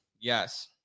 Yes